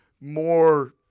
more